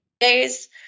days